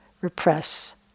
repress